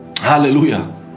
Hallelujah